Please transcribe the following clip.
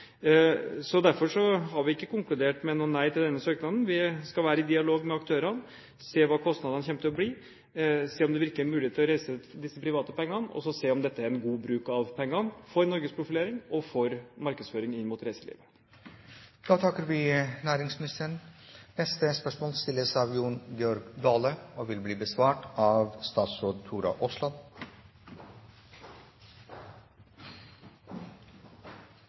har vi ikke konkludert med et nei til denne søknaden. Vi skal være i dialog med aktørene, se hva kostnadene kommer til å bli, se om det er en mulighet til å reise disse private pengene, og så se om dette er en god bruk av pengene for norgesprofilering og for markedsføring inn mot reiselivet.